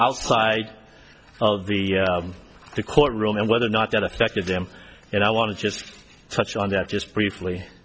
outside of the the court room and whether or not that affected them and i want to just touch on that just briefly